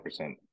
100